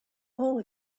hole